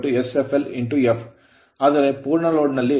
03 ಮತ್ತು f 50 ಆದ್ದರಿಂದ f21